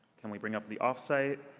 can we bring up the off-site?